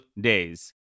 days